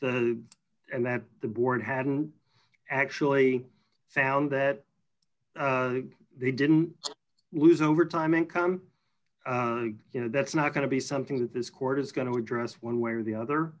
know and that the board hadn't actually found that they didn't lose overtime income you know that's not going to be something that this court is going to address one way or the other